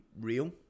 real